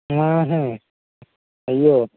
ఆహా అయ్యో